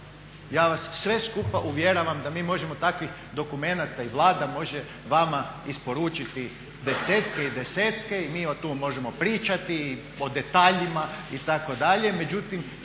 Ja vas sve skupa uvjeravam da mi možemo takvih dokumenata, i Vlada može vama isporučiti desetke i desetke i mi o tome možemo pričati, o detaljima itd.